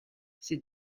c’est